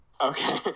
okay